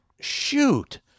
shoot